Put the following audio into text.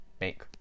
make